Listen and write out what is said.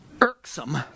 irksome